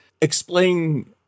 Explain